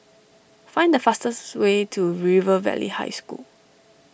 find the fastest way to River Valley High School